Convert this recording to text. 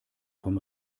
vom